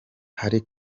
hari